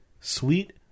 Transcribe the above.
sweet